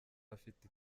afite